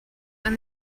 when